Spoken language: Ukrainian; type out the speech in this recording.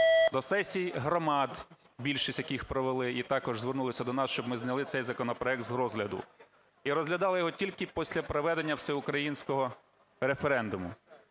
до сесій громад, більшість яких провели і також звернулися до нас, щоб ми зняли цей законопроект з розглядали, і розглядали його тільки після проведення всеукраїнського референдуму.